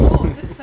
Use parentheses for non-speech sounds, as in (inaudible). (laughs)